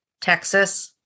Texas